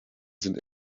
sind